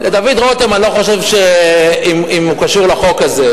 דוד רותם, אני לא חושב שהוא קשור לחוק הזה.